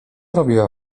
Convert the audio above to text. robiła